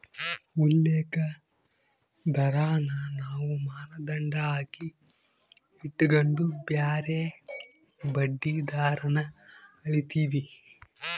ಉಲ್ಲೇಖ ದರಾನ ನಾವು ಮಾನದಂಡ ಆಗಿ ಇಟಗಂಡು ಬ್ಯಾರೆ ಬಡ್ಡಿ ದರಾನ ಅಳೀತೀವಿ